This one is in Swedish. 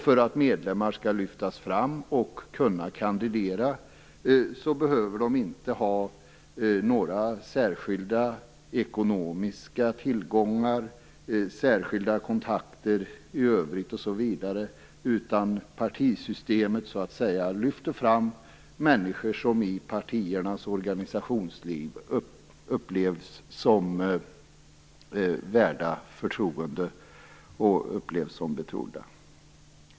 För att medlemmar skall kunna lyftas fram och få kandidera behöver de inte ha några särskilda ekonomiska tillgångar eller särskilda kontakter i övrigt, utan partisystemet lyfter fram människor som i partiernas organisationsliv upplevs som värda förtroende och upplevs som betrodda.